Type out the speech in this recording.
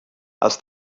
els